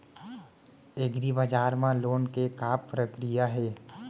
एग्रीबजार मा लोन के का प्रक्रिया हे?